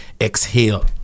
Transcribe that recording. exhale